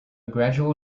gradual